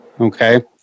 okay